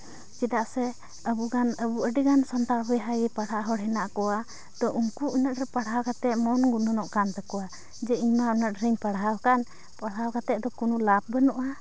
ᱪᱮᱫᱟᱜ ᱥᱮ ᱟᱵᱚ ᱜᱟᱱ ᱟᱵᱚ ᱟᱹᱰᱤ ᱜᱟᱱ ᱥᱟᱱᱛᱟᱲ ᱵᱚᱭᱦᱟ ᱜᱮ ᱯᱟᱲᱦᱟᱜ ᱦᱚᱲ ᱦᱮᱱᱟᱜ ᱠᱚᱣᱟ ᱛᱚ ᱩᱝᱠᱩ ᱩᱱᱟᱹᱜ ᱰᱷᱮᱨ ᱯᱟᱲᱦᱟᱣ ᱠᱟᱛᱮᱫ ᱢᱚᱱ ᱜᱩᱱᱟᱹᱱᱚᱜ ᱠᱟᱱ ᱛᱟᱠᱚᱣᱟ ᱡᱮ ᱤᱧ ᱢᱟ ᱩᱱᱟᱹᱜ ᱰᱷᱮᱨᱤᱧ ᱯᱟᱲᱦᱟᱣ ᱠᱟᱱ ᱯᱟᱲᱦᱟᱣ ᱠᱟᱛᱮᱫ ᱫᱚ ᱠᱳᱱᱳ ᱞᱟᱵᱷ ᱵᱟᱹᱱᱩᱜᱼᱟ